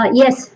yes